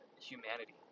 humanity